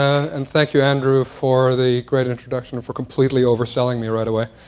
ah and thank you, andrew, for the great introduction and for completely overselling me right away.